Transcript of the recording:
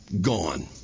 gone